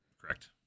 Correct